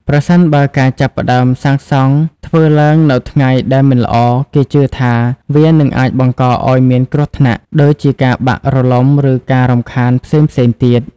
ប្រសិនបើការចាប់ផ្តើមសាងសង់ធ្វើឡើងនៅថ្ងៃដែលមិនល្អ គេជឿថាវានឹងអាចបង្កឲ្យមានគ្រោះថ្នាក់ ដូចជាការបាក់រលំឬការរំខានផ្សេងៗទៀត។